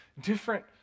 different